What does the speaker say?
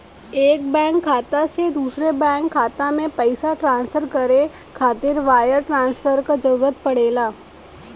एक बैंक खाता से दूसरे बैंक खाता में पइसा ट्रांसफर करे खातिर वायर ट्रांसफर क जरूरत पड़ेला